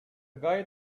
guy